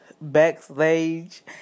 backstage